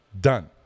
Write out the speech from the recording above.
done